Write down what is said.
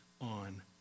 on